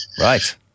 right